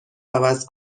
عوض